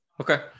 Okay